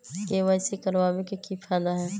KYC करवाबे के कि फायदा है?